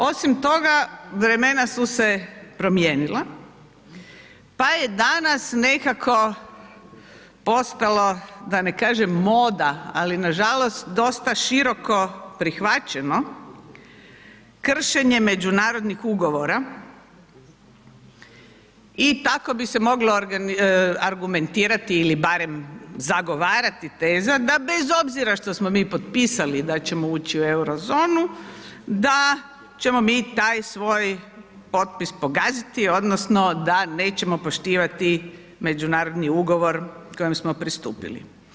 Osim toga vremena su se promijenila, pa je danas nekako postalo da ne kažem moda, ali na žalost dosta široko prihvaćeno kršenje međunarodnih ugovora i tako bi se moglo argumentirati ili barem zagovarati teza da bez obzira što smo mi potpisali da ćemo ući u Eurozonu da ćemo mi taj svoj potpis pogaziti odnosno da nećemo poštivati međunarodni ugovor kojim smo pristupili.